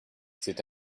c’est